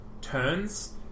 turns